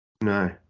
No